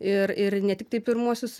ir ir ne tiktai pirmuosius